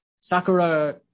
Sakura